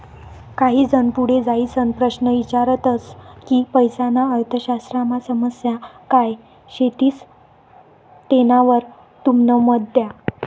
काही जन पुढे जाईसन प्रश्न ईचारतस की पैसाना अर्थशास्त्रमा समस्या काय शेतीस तेनावर तुमनं मत द्या